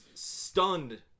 Stunned